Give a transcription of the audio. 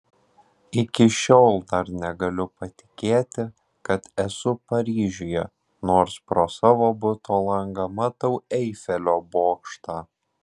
iki šiol dar negaliu patikėti kad esu paryžiuje nors pro savo buto langą matau eifelio bokštą